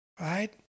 right